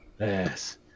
Yes